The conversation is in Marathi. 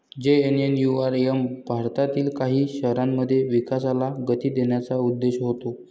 जे.एन.एन.यू.आर.एम भारतातील काही शहरांमध्ये विकासाला गती देण्याचा उद्देश होता